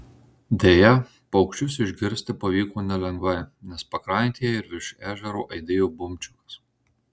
deja paukščius išgirsti pavyko nelengvai nes pakrantėje ir virš ežero aidėjo bumčikas